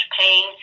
pain